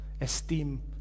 esteem